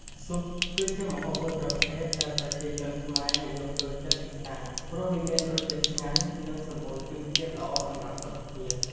ស៊ុបគឺជាម្ហូបមួយប្រភេទដែលប្រជាជនខ្មែរនិយមចូលចិត្តពិសាព្រោះវាមានរសជាតិឆ្ងាញ់និងសម្បូរជីវជាតិល្អសម្រាប់សុខភាព។